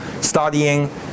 studying